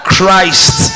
Christ